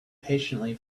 patiently